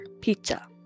pizza